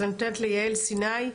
אז אני נותנת ליעל סיני,